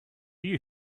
you